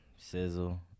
sizzle